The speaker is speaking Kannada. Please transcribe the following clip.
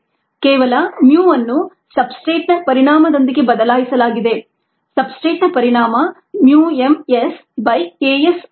ಕೇವಲ mu ಅನ್ನು ಸಬ್ಸ್ಟ್ರೇಟ್ನ ಪರಿಣಾಮದೊಂದಿಗೆ ಬದಲಾಯಿಸಲಾಗಿದೆ ಸಬ್ಸ್ಟ್ರೇಟ್ನ ಪರಿಣಾಮ mu m S by K s plus S ಅನ್ನು ಸೇರಿಸಲು